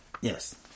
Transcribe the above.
Yes